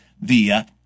via